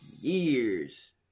years